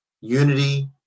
unity